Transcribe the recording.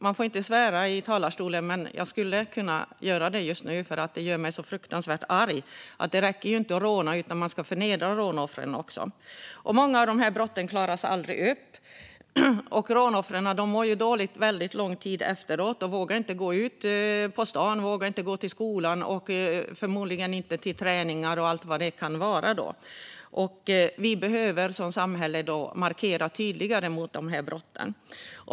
Man får inte svära i talarstolen, men jag skulle kunna göra det just nu, för det gör mig så fruktansvärt arg att det inte räcker att råna utan att man också ska förnedra rånoffren. Många av de här brotten klaras aldrig upp. Rånoffren mår dåligt under lång tid efteråt och vågar inte gå ut på stan, till skolan eller till träningar och allt vad det kan vara. Vi behöver som samhälle markera tydligare mot de här brotten.